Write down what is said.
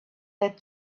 that